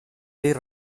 dir